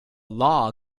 law